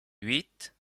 huit